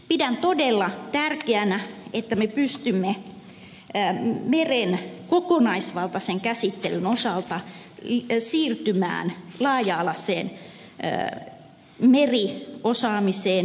pidän todella tärkeänä että me pystymme meren kokonaisvaltaisen käsittelyn osalta siirtymään laaja alaiseen meriosaamiseen